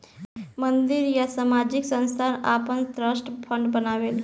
मंदिर या सामाजिक संस्थान आपन ट्रस्ट फंड बनावेला